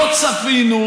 אתה כותב את ההיסטוריה?